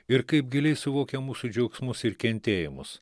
ir kaip giliai suvokia mūsų džiaugsmus ir kentėjimus